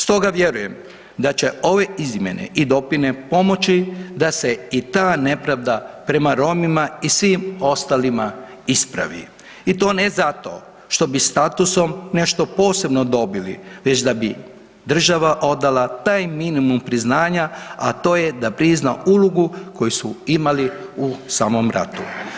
Stoga vjerujem da će ove izmjene i dopune pomoći da se i ta nepravda Romima i svim ostalima ispravi i to ne zato što bi statusom nešto posebno dobili, već da bi država odala taj minimum priznanja a to je da prizna ulogu koju su imali u samom ratu.